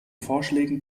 vorschlägen